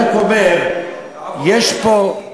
אני רק אומר: יש פה, רגע,